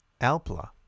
Alpla